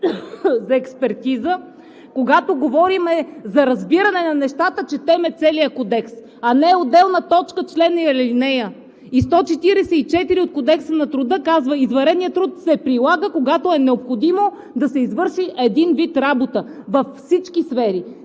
за експертиза, когато говорим за разбиране на нещата, четем целия Кодекс, а не отделна точка, член и алинея. И чл. 144 от Кодекса на труда казва: „Извънредният труд се прилага, когато е необходимо да се извърши един вид работа във всички сфери.“